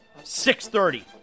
6.30